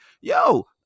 yo